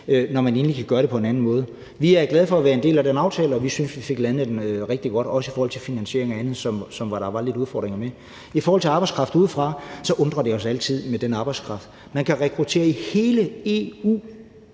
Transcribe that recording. når man egentlig kan gøre det på en anden måde? Vi er glade for at være en del af den aftale, og vi synes, vi fik landet den rigtig godt – også i forhold til finansiering og andet, som der var lidt udfordringer med. I forhold til arbejdskraft udefra undrer det os altid med den arbejdskraft. Man kan rekruttere i hele EU